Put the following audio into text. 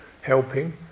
helping